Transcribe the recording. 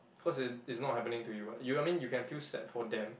cause it it's not happening to you [what] you I mean you can feel sad for them